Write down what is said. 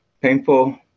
painful